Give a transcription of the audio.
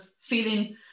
feeling